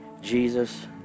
Jesus